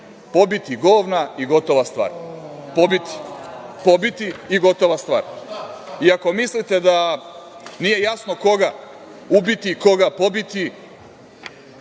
pobiti govna i gotova stvar. Pobiti i gotova stvar.I ako mislite da nije jasno koga ubiti, koga pobiti,